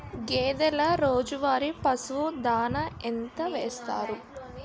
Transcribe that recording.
గేదెల రోజువారి పశువు దాణాఎంత వేస్తారు?